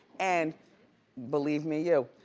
and believe me you,